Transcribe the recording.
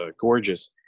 gorgeous